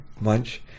Munch